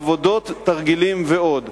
עבודות, תרגילים ועוד.